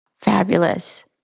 Fabulous